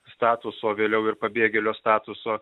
statuso vėliau ir pabėgėlio statuso